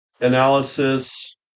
analysis